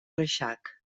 reixac